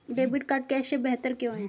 Debit card cash से बेहतर क्यों है?